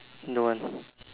no one